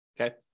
okay